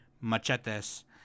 machetes